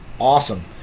awesome